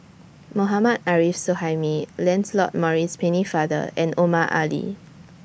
Mohammad Arif Suhaimi Lancelot Maurice Pennefather and Omar Ali